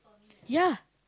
ya